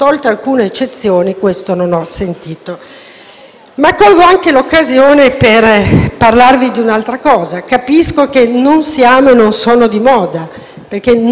Colgo anche l'occasione per parlarvi di un'altra cosa: capisco che non siamo e non sono di moda, perché non sono e non siamo politicamente corretti,